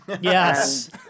yes